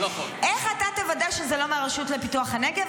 איך אתה תוודא שזה לא מהרשות לפיתוח הנגב?